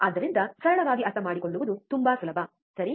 ಆದ್ದರಿಂದ ಸರಳವಾಗಿ ಅರ್ಥಮಾಡಿಕೊಳ್ಳುವುದು ತುಂಬಾ ಸುಲಭ ಸರಿ